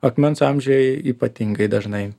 akmens amžiuj ypatingai dažnai